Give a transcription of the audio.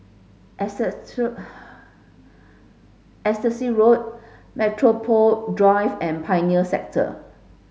Exeter Exeter Sea Road Metropole Drive and Pioneer Sector